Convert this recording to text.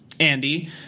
Andy